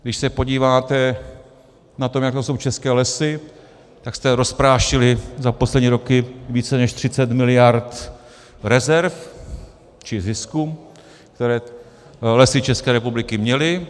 Když se podíváte na to, jak jsou na tom české lesy, tak jste rozprášili za poslední roky více než 30 mld. rezerv, či zisku, které Lesy České republiky měly.